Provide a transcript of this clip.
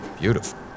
beautiful